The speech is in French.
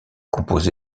composé